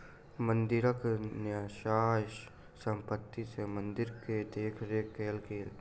मंदिरक न्यास संपत्ति सॅ मंदिर के देख रेख कएल गेल